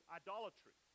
idolatry